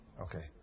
Okay